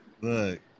Look